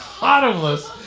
Bottomless